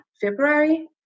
February